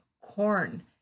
corn